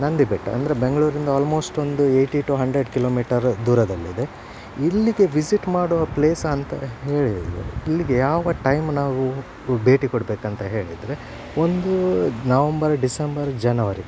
ನಂದಿಬೆಟ್ಟ ಅಂದರೆ ಬೆಂಗಳೂರಿಂದ ಆಲ್ಮೋಸ್ಟ್ ಒಂದು ಏಯ್ಟಿ ಟು ಹಂಡ್ರೆಡ್ ಕಿಲೋಮೀಟರ್ ದೂರದಲ್ಲಿದೆ ಇಲ್ಲಿಗೆ ವಿಝಿಟ್ ಮಾಡೋ ಪ್ಲೇಸ್ ಅಂತ ಹೇಳಿದರೆ ಇಲ್ಲಿಗೆ ಯಾವ ಟೈಮ್ ನಾವು ಭೇಟಿ ಕೊಡ್ಬೇಕು ಅಂತ ಹೇಳಿದರೆ ಒಂದು ನವಂಬರ್ ಡಿಸೆಂಬರ್ ಜನವರಿ